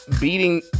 beating